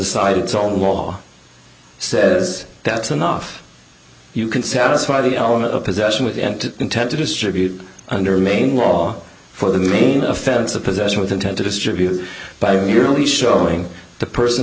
decide its own wall says that's enough you can satisfy the element of possession with intent to distribute under maine law for the mean offense of possession with intent to distribute by merely showing the person